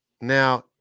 Now